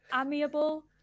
Amiable